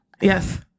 Yes